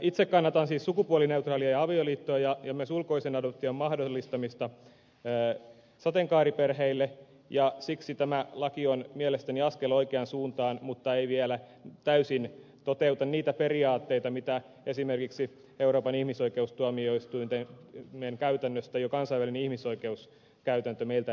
itse kannatan siis sukupuolineutraalia avioliittoa ja myös ulkoisen adoption mahdollistamista sateenkaariperheille ja siksi tämä laki on mielestäni askel oikeaan suuntaan mutta ei vielä täysin toteuta niitä periaatteita mitä esimerkiksi euroopan ihmisoikeustuomioistuimen käytännöstä jo kansainvälinen ihmisoikeuskäytäntö meiltä edellyttäisi